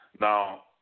Now